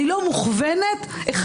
אני לא מוכוונת אחד.